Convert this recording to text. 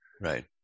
Right